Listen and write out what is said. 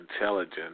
intelligence